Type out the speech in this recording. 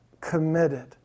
committed